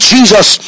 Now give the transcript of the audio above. Jesus